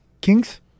Kings